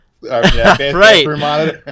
Right